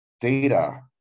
data